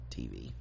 TV